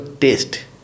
taste